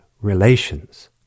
relations